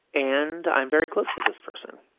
and i'm very close with this person.